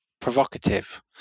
provocative